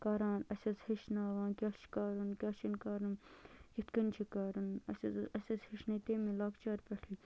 کران اَسہِ حظ ہٮ۪چھناوان کیٛاہ چھِ کَرُن کیٛاہ چھِنہٕ کَرُن کِتھ کٔنۍ چھِ کَرُن اَسہِ حظ اَسہِ حظ ہٮ۪چھنٲے تٔمی لۄکچارٕ پٮ۪ٹھٕے